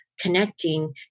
connecting